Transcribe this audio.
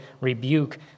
rebuke